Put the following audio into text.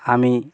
আমি